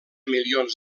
milions